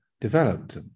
developed